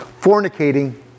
fornicating